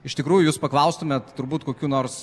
iš tikrųjų jūs paklaustumėt turbūt kokių nors